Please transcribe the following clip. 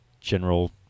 general